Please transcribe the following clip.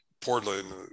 Portland